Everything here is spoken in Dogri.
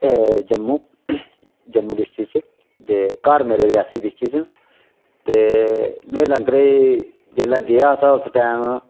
जम्मू जम्मू डिस्टिक च ते घर मेरे रियासी डिस्टिक च न ते में लंगरै जिल्लै गेआ हा ते उस टैम